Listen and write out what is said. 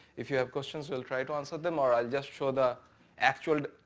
if you have questions we'll try to answer them, or i'll just show the actual.